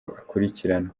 akurikiranwe